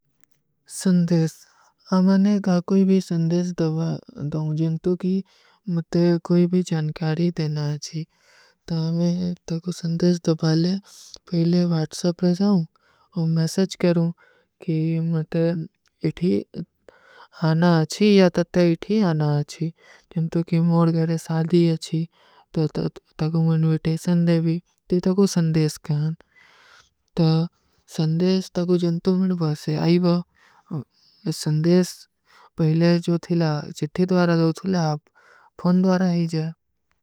ସଂଦେଶ, ଆମ ମୈଂନେ କହା କୋଈ ଭୀ ସଂଦେଶ ଦବା ଦୌଁ, ଜିନ୍ଦୁ କି ମୁଝେ କୋଈ ଭୀ ଜଣକାରୀ ଦେନା ଆଚୀ। ତା ମୈଂ ତକୋ ସଂଦେଶ ଦବାଲେ, ପହଲେ ଵୈଟସବ ରଜାଓଂ, ଔର ମେସେଚ କରୂଂ, କି ମୁଝେ ଇଠୀ ଆନା ଆଚୀ ଯା ତତ୍ଯା ଇଠୀ ଆନା ଆଚୀ। ଜିନ୍ଦୁ କି ମୁଝେ କୋଈ ସାଦୀ ଆଚୀ, ତା ତକୋ ମୈଂନେ ଇଂଵିଟେଶନ ଦେଵୀ, ତେ ତକୋ ସଂଦେଶ କହାଂ। ତା ସଂଦେଶ ତକୋ ଜନ୍ଦୁ ମିଲ ବହସେ। ଆଈବଵ, ସଂଦେଶ ପହଲେ ଜୋ ଥିଲା ଚିଠୀ ଦ୍ଵାରା ଦୋ ଥିଲା ଆପ, ଫୋନ ଦ୍ଵାରା ଆଈଜା।